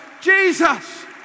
Jesus